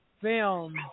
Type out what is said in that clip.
Film